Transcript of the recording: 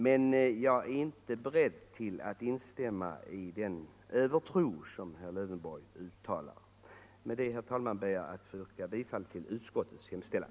Men jag är inte beredd att instämma i den övertro som herr Lövenborg uttalar. Med detta, herr talman, yrkar jag bifall till utskottets hemställan.